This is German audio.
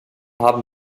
haben